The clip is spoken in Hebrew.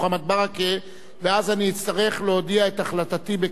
ואז אני אצטרך להודיע את החלטתי בקשר לדרישתם,